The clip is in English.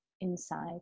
inside